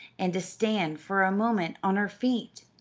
and to stand for a moment on her feet.